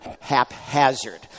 haphazard